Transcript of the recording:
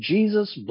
Jesus